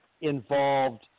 involved